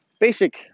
basic